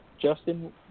Justin